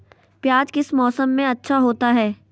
प्याज किस मौसम में अच्छा होता है?